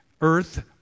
earth